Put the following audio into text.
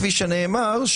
כפי שנאמר,